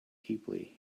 deeply